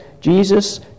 jesus